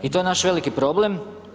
I to je naš veliki problem.